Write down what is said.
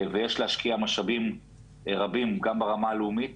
ויש להשקיע משאבים רבים גם ברמה הלאומית